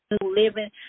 living